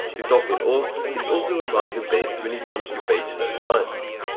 to top it off, it's also among the best when it comes to page load times.